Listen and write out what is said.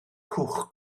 cwch